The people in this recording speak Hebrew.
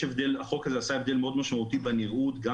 החוק הזה עשה הבדל מאוד משמעותי בנראות גם